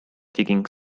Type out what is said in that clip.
digging